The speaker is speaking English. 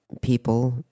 people